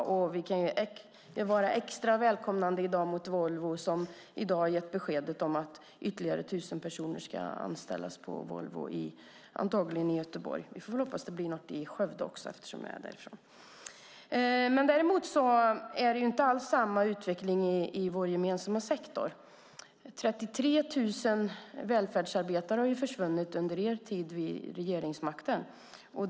Vi kan i dag vara extra välkomnande när det gäller Volvo som i dag har gett besked om att ytterligare 1 000 personer ska anställas på Volvo, antagligen i Göteborg. Eftersom jag är från Skövde hoppas jag att det blir något där också. Det är inte alls samma utveckling i vår gemensamma sektor. Under er tid vid regeringsmakten har 33 000 jobb försvunnit inom välfärdssektorn.